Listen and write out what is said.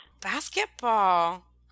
Basketball